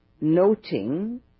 noting